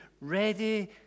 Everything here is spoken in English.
ready